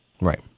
Right